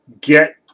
get